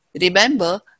remember